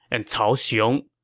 and cao xiong.